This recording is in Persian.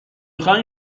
خاین